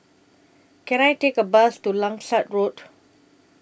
Can I Take A Bus to Langsat Road